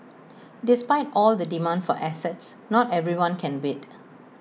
despite all the demand for assets not everyone can bid